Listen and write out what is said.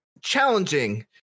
challenging